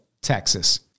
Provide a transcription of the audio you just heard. Texas